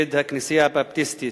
כנגד הכנסייה הבפטיסטית.